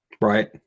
Right